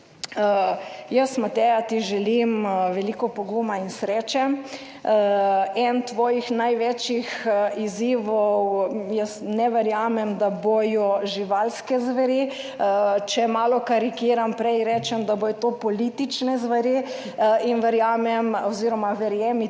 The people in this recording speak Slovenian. Jaz, Mateja, ti želim veliko poguma in sreče. Eden tvojih največjih izzivov, jaz ne verjamem, da bodo živalske zveri, če malo karikiram, prej rečem da bodo to politične zveri, in verjamem oziroma verjetno,